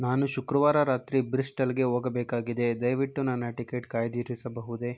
ನಾನು ಶುಕ್ರವಾರ ರಾತ್ರಿ ಬ್ರಿಸ್ಟಲ್ಗೆ ಹೋಗಬೇಕಾಗಿದೆ ದಯವಿಟ್ಟು ನನ್ನ ಟಿಕೆಟ್ ಕಾಯ್ದಿರಿಸಬಹುದೇ